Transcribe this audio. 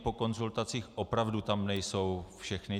Po konzultacích opravdu tam nejsou všechny.